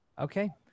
Okay